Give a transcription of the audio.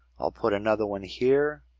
i'll put another one here.